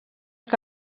que